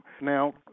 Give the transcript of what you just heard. Now